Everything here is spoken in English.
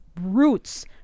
roots